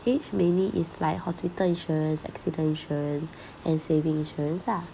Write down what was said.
age mainly is like hospital insurance accident insurance and saving insurance lah